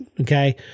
okay